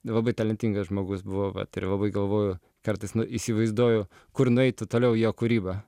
labai talentingas žmogus buvo vat ir labai galvoju kartais įsivaizduoju kur nueitų toliau jo kūryba